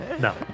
No